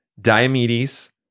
Diomedes